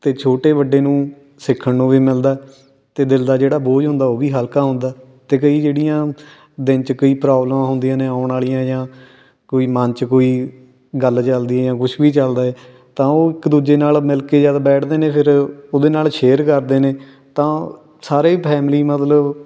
ਅਤੇ ਛੋਟੇ ਵੱਡੇ ਨੂੰ ਸਿੱਖਣ ਨੂੰ ਵੀ ਮਿਲਦਾ ਅਤੇ ਦਿਲ ਦਾ ਜਿਹੜਾ ਬੋਝ ਹੁੰਦਾ ਉਹ ਵੀ ਹਲਕਾ ਹੁੰਦਾ ਅਤੇ ਕਈ ਜਿਹੜੀਆਂ ਦਿਨ 'ਚ ਕਈ ਪ੍ਰੋਬਲਮ ਹੁੰਦੀਆਂ ਨੇ ਆਉਣ ਵਾਲੀਆਂ ਜਾਂ ਕੋਈ ਮਨ 'ਚ ਕੋਈ ਗੱਲ ਚਲਦੀ ਜਾਂ ਕੁਛ ਵੀ ਚੱਲਦਾ ਏ ਤਾਂ ਉਹ ਇੱਕ ਦੂਜੇ ਨਾਲ ਮਿਲ ਕੇ ਜਦ ਬੈਠਦੇ ਨੇ ਫਿਰ ਉਹਦੇ ਨਾਲ ਸ਼ੇਅਰ ਕਰਦੇ ਨੇ ਤਾਂ ਸਾਰੇ ਹੀ ਫੈਮਿਲੀ ਮਤਲਬ